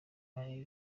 marie